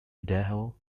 idaho